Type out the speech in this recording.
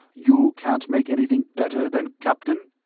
you can't make anything better than captain?